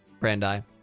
Brandi